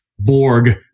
borg